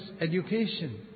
education